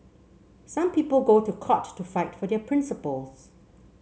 some people go to court to fight for their principles